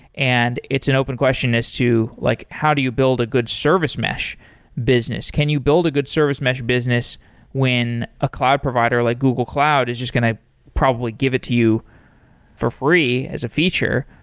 and it's an open question as to like how do you build a good service mesh business. can you build a good service mesh business when a cloud provider like google cloud is just going to probably give it to you for free as a feature?